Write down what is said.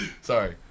Sorry